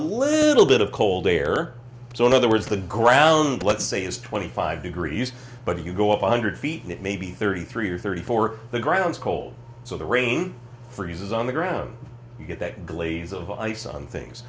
little bit of cold air so in other words the ground let's say is twenty five degrees but if you go up one hundred feet it may be thirty three or thirty four the ground cold so the rain freezes on the ground you get that glaze of ice on things